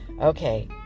Okay